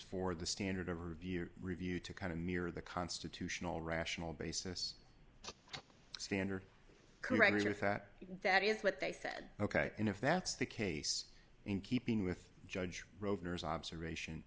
for the standard of review review to kind of mirror the constitutional rational basis standard careers that that is what they said ok and if that's the case in keeping with judge rovers observation